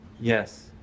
Yes